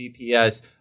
GPS